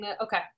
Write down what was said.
Okay